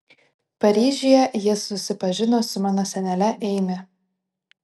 paryžiuje jis susipažino su mano senele eimi